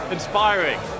Inspiring